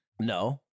No